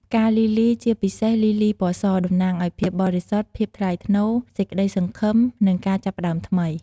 ផ្កាលីលី ជាពិសេសលីលីពណ៌ស តំណាងឲ្យ ភាពបរិសុទ្ធ ភាពថ្លៃថ្នូរ សេចក្តីសង្ឃឹម និង ការចាប់ផ្តើមថ្មី។